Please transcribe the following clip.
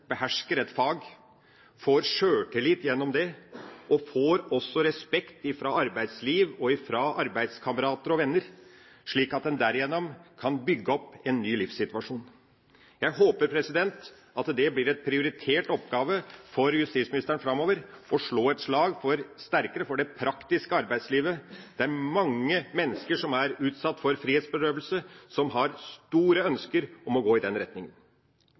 behersker et fag, får sjøltillit gjennom det og også får respekt fra arbeidsliv, fra arbeidskamerater og venner, slik at en derigjennom kan bygge opp en ny livssituasjon. Jeg håper at det blir en prioritert oppgave for justisministeren framover å slå et sterkere slag for det praktiske arbeidslivet. Det er mange mennesker som er utsatt for frihetsberøvelse som har store ønsker om å gå i den